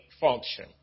function